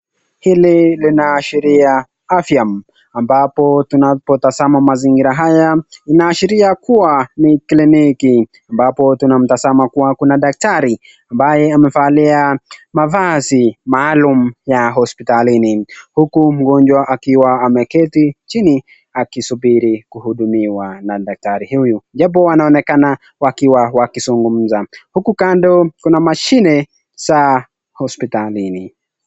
Hili linaashiria afya ambapo tunapotazama mazingira haya inaashiria kuwa ni kliniki, ambapo tunamtazama kuwa kuna daktari ambaye amevalia mavazi maalum ya hospitalini huku mgonjwa akiwa ameketi chini akisubiri kuhudumiwa na daktari huyu, japo wanaonekana wakiwa wakizungumza huku kando kuna mashine za hospitalini.